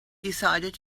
decided